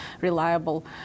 reliable